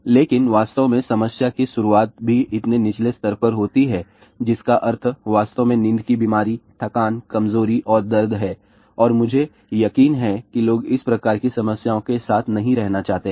लेकिन वास्तव में समस्या की शुरुआत भी इतने निचले स्तर पर होती है जिसका अर्थ वास्तव में नींद की बीमारी थकान कमजोरी और दर्द है और मुझे यकीन है कि लोग इस प्रकार की समस्याओं के साथ नहीं रहना चाहते हैं